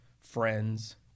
friends